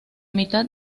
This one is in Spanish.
mitad